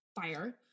fire